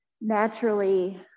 naturally